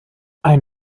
ein